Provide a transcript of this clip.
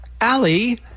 Ali